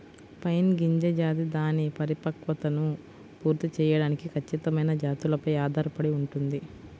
pine గింజ జాతి దాని పరిపక్వతను పూర్తి చేయడానికి ఖచ్చితమైన జాతులపై ఆధారపడి ఉంటుంది